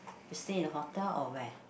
you stay in hotel or where